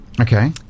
Okay